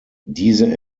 diese